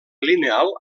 lineal